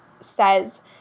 says